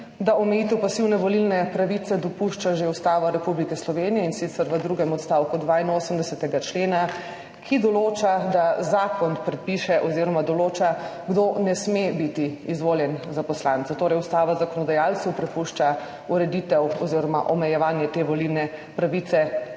da omejitev pasivne volilne pravice dopušča že Ustava Republike Slovenije, in sicer v drugem odstavku 82. člena, ki določa, kdo ne sme biti izvoljen za poslanca. Torej ustava zakonodajalcu prepušča ureditev oziroma omejevanje te volilne pravice